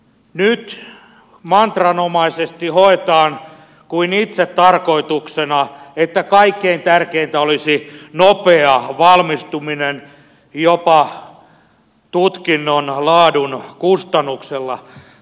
nyt mantranomaisesti hoetaan kuin itsetarkoituksena että kaikkein tärkeintä olisi nopea valmistuminen jopa tutkinnon laadun kustannuksella